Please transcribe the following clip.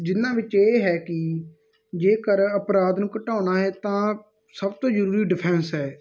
ਜਿਹਨਾਂ ਵਿੱਚ ਇਹ ਹੈ ਕਿ ਜੇਕਰ ਅਪਰਾਧ ਨੂੰ ਘਟਾਉਣਾ ਹੈ ਤਾਂ ਸਭ ਤੋਂ ਜ਼ਰੂਰੀ ਡਿਫੈਂਸ ਹੈ